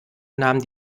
nahm